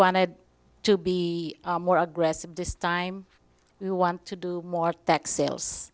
wanted to be more aggressive this time we want to do more tax sales